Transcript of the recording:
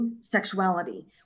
sexuality